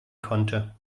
konnte